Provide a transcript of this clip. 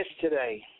today